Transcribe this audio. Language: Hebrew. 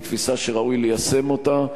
היא תפיסה שראוי ליישם אותה,